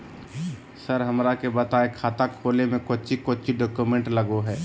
Sir हमरा के बताएं खाता खोले में कोच्चि कोच्चि डॉक्यूमेंट लगो है?